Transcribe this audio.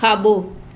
खाॿो